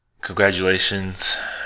Congratulations